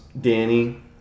Danny